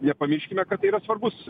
nepamirškime kad tai yra svarbus